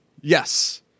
Yes